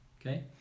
okay